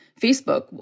Facebook